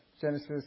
Genesis